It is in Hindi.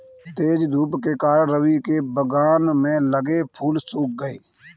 तेज धूप के कारण, रवि के बगान में लगे फूल सुख गए